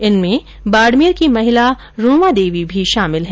इनमें बाडमेर की महिला रूमा देवी भी शामिल है